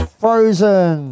frozen